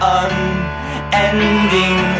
unending